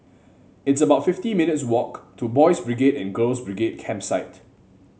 it's about fifty minutes' walk to Boys' Brigade and Girls' Brigade Campsite